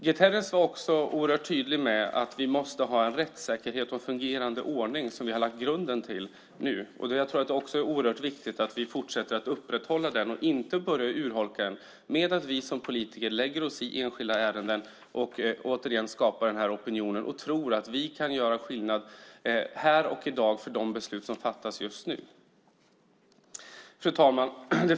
Guterres var också oerhört tydlig med att vi måste ha en rättssäkerhet och en fungerande ordning som vi har lagt grunden till nu. Jag tror också att det är oerhört viktigt att vi fortsätter att upprätthålla den och inte börjar urholka den genom att vi som politiker lägger oss i enskilda ärenden och återigen skapar denna opinion och tror att vi kan göra skillnad här och i dag när det gäller de beslut som fattas just nu. Fru talman!